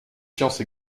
sciences